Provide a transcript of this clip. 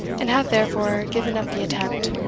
and have therefore given up the attempt.